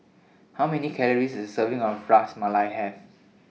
How Many Calories Does A Serving of Ras Malai Have